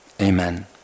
Amen